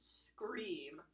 scream